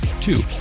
Two